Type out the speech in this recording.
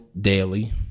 daily